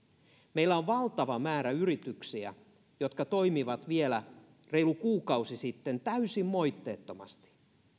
meillä on valtava määrä yrityksiä jotka toimivat vielä reilu kuukausi sitten täysin moitteettomasti